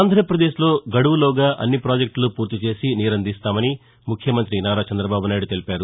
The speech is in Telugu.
ఆంధ్రప్రదేశ్లో గడువులోగా అన్ని ప్రాజెక్టులు పూర్తి చేసి నీరందిస్తామని ముఖ్యమంత్రి నారా చంద్రబాబు నాయుడు తెలిపారు